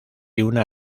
una